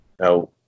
Now